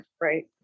right